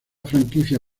franquicia